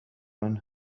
man